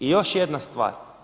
I još jedna stvar.